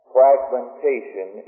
fragmentation